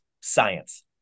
Science